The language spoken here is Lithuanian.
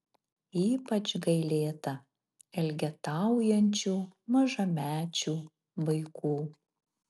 ypač gailėta elgetaujančių mažamečių vaikų